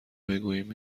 بگوییم